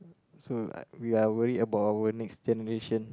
so I we are worried about our next generation